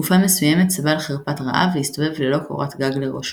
תקופה מסוימת סבל חרפת רעב והסתובב ללא קורת גג לראשו.